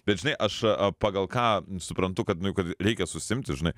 bet žinai aš pagal ką suprantu kad nu jau kad reikia susiimti žinai